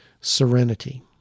serenity